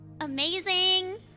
Amazing